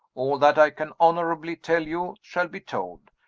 all that i can honorably tell you, shall be told.